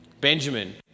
Benjamin